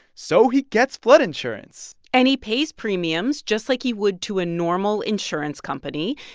so he gets flood insurance and he pays premiums just like he would to a normal insurance company.